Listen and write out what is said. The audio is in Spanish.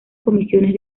comisiones